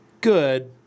good